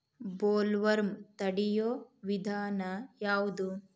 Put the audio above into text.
Bollworm ತಡಿಯು ವಿಧಾನ ಯಾವ್ದು?